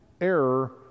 error